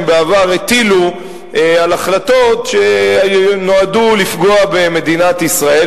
הטילו בעבר על החלטות שנועדו לפגוע במדינת ישראל.